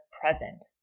present